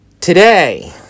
Today